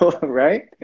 right